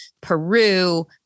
Peru